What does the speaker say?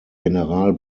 general